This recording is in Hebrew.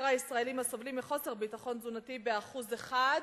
הישראלים הסובלים מחוסר ביטחון תזונתי באחוז אחד,